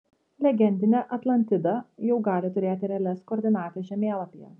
legendinė atlantida jau gali turėti realias koordinates žemėlapyje